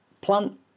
Plant